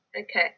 Okay